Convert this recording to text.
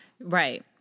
Right